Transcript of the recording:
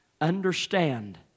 Understand